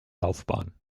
laufbahn